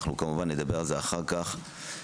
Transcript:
כמובן שנדבר על זה אחר כך,